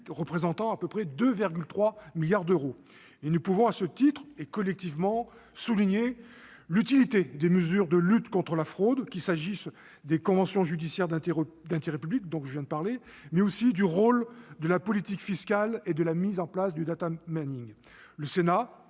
représentant environ 2,3 milliards d'euros. Nous pouvons à ce titre, et collectivement, souligner l'utilité des mesures de lutte contre la fraude, qu'il s'agisse des conventions judiciaires d'intérêt public, dont je viens de parler, mais aussi du rôle de la police fiscale et de la mise en place du. Le Sénat